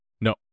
No